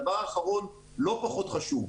דבר אחרון, לא פחות חשוב.